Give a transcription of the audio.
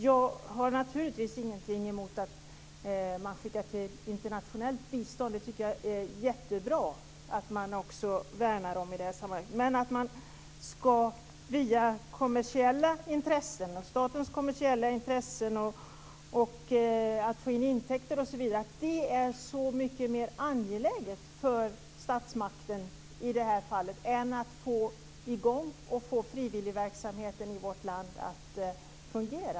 Jag har naturligtvis inget emot att man ger materiel till internationellt bistånd. Det är jättebra att man värnar om detta i det här sammanhanget. Men det förvånar mig att statens intresse av att få in intäkter är så mycket mer angeläget än att få i gång frivilligverksamheten i vårt land och att få den att fungera.